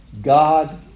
God